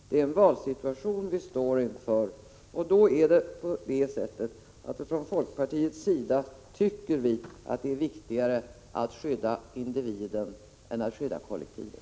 Vi står i en valsituation och då tycker vi i folkpartiet att det är viktigare att skydda individen än att skydda kollektivet.